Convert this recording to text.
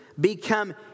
become